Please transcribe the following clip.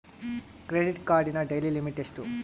Credit ಕಾರ್ಡಿನ daily limit ಎಷ್ಟು?